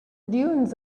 dunes